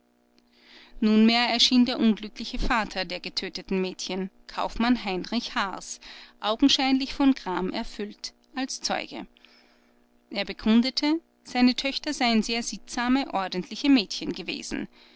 nunmehr erschien der unglückliche vater der getöteten mädchen kaufmann heinrich haars augenscheinlich von gram erfüllt als zeuge er bekundete seine töchter seien sehr sittsame ordentliche mädchen gewesen